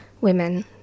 women